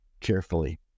carefully